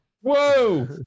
Whoa